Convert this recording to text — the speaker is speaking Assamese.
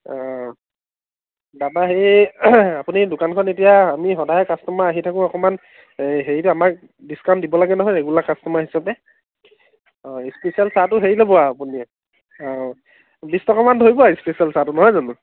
অঁ তাৰপৰা হেৰি আপুনি দোকানখন এতিয়া আমি সদায় কাষ্টমাৰ আহি থাকো অকণমান এই হেৰিটো আমাক ডিচকাউণ্ট দিব লাগে নহয় ৰেগুলাৰ কাষ্টমাৰ হিচাপে অঁ ইচপিচিয়েল চাহটো হেৰি ল'ব আৰু আপুনি অঁ বিছ টকামান ধৰিব আৰু ইচপেচিয়েল চাহটো নহয় জানো